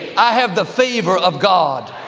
i have the favor of god.